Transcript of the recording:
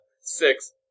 Six